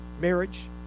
marriage